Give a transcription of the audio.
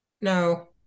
No